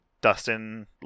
Dustin